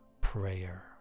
prayer